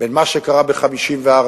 בין מה שקרה ב-1956